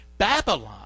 Babylon